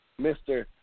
Mr